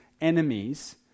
enemies